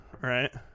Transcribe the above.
right